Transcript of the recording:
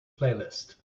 playlist